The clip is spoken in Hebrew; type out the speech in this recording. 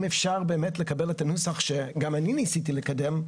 אפשר באמת לקבל את הנוסח שגם אני ניסיתי לקדם,